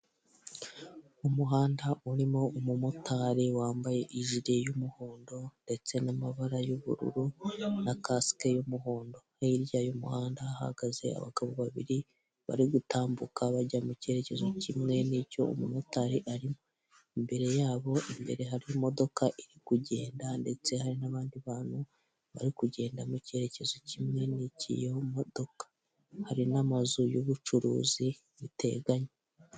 Umuhanda urimo umumotari wambaye ijire y'umuhondo ndetse n'amabara y'ubururu na kasike y'umuhondo, hirya y'umuhanda hahagaze abagabo babiri bari gutambuka bajya mu cyerekezo kimwe n'icyo umumotari arimo, imbere yabo imbere hari imodoka iri kugenda ndetse hari n'abandi bantu bari kugenda mu cyerekezo kimwe n'icy'iyo modoka, hari n'amazu y'ubucuruzi ziteganye.